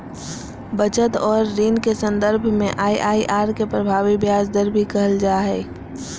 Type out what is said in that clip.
बचत और ऋण के सन्दर्भ में आइ.आइ.आर के प्रभावी ब्याज दर भी कहल जा हइ